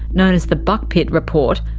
known as the buckpitt report,